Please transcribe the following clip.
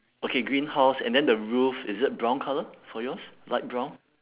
okay green house and then the roof is it brown colour for yours light brown